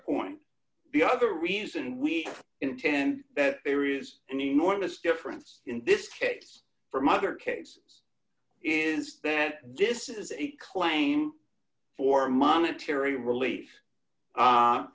point b other reason we intend that there is an enormous difference in this case from other cases is that this is a claim for monetary rel